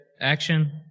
action